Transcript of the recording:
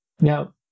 Now